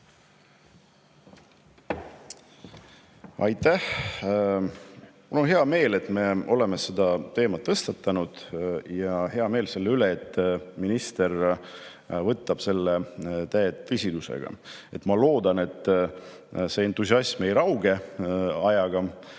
Mul on hea meel, et me oleme selle teema tõstatanud, ja hea meel selle üle, et minister võtab seda täie tõsidusega. Ma loodan, et see entusiasm ajaga ei rauge ja